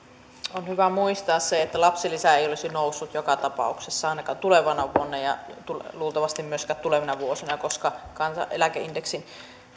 on hyvä muistaa se että lapsilisä ei olisi noussut joka tapauksessa ainakaan tulevana vuonna ja luultavasti ei myöskään tulevina vuosina koska kansaneläkeindeksi